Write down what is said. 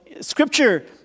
scripture